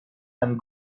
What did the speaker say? and